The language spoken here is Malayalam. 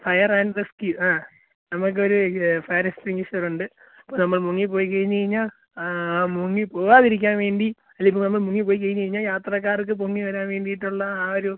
ഫയർ ആൻഡ് റെസ്ക്ക്യൂ ആ നമുക്കൊരു ഫയർ എസ്ടിങ്ങ്യൂഷർ ഉണ്ട് ഇപ്പോൾ നമ്മൾ മുങ്ങി പോയി കഴിഞ്ഞ് കഴിഞ്ഞാൽ മുങ്ങി പോവാതിരിക്കാൻ വേണ്ടി അല്ല നമ്മൾ ഇപ്പോൾ മുങ്ങി പോയി കഴിഞ്ഞ് കഴിഞ്ഞാൽ യാത്രക്കാർക്ക് പൊങ്ങി വരാൻ വേണ്ടിയിട്ടുള്ള ആ ഒരു